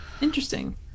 interesting